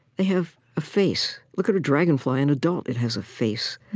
they have a face. look at a dragonfly, an adult. it has a face.